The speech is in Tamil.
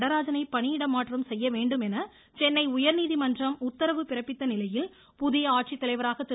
நடராஜனை பணியிட மாற்றம் செய்ய வேண்டும் என சென்னை உயா்நீதிமன்றம் உத்தரவு பிறப்பித்த நிலையில் புதிய ஆட்சித்தலைவராக திரு